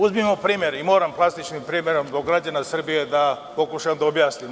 Uzmimo primer i moram klasičnim primerom zbog građana Srbije da pokušam da objasnim.